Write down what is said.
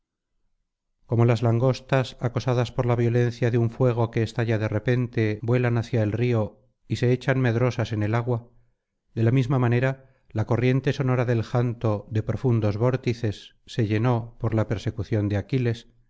como las langostas acosadas por la violencia de un fuego que estalla de repente vuelan hacia el río y se echan medrosas en el agua de la misma manera la corriente sonora del janto de profundos vórtices se llenó por la persecución de aquiles